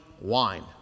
wine